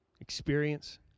experience